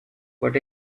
what